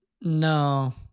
No